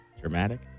Dramatic